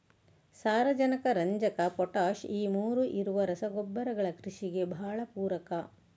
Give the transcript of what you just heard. ಸಾರಾಜನಕ, ರಂಜಕ, ಪೊಟಾಷ್ ಈ ಮೂರೂ ಇರುವ ರಸಗೊಬ್ಬರ ಕೃಷಿಗೆ ಭಾಳ ಪೂರಕ